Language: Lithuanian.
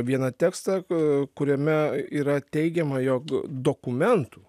vieną tekstą kuriame yra teigiama jog dokumentų